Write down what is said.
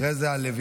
אחרי זה לוי.